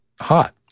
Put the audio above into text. hot